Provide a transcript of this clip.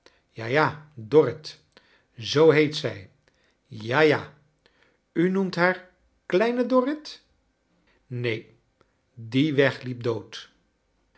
ja ja dorrit zoo heet zij ja ja u noemt haar kleine dorrit neon die weg liep dood